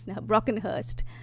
Brockenhurst